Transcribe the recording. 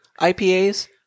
IPAs